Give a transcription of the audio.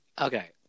Okay